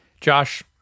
Josh